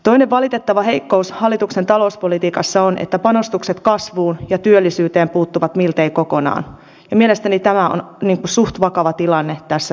toinen valitettava heikkous hallituksen talouspolitiikassa on että panostukset kasvuun ja työllisyyteen puuttuvat miltei kokonaan ja mielestäni tämä on suht vakava tilanne tässä tilanteessa